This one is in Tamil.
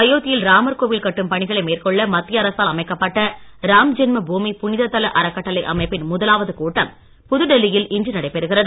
அயோத்தியில் ராமர் கோவில் கட்டும் பணிகளை மேற்கொள்ள மத்திய அரசால் அமைக்கப்பட்ட ராம்ஜென்ம பூமி புனித தல அறக்கட்டளை அமைப்பின் முதலாவது கூட்டம் புதுடெல்லியில் இன்று நடைபெறுகிறது